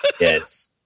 Yes